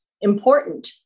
important